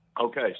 Okay